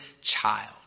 child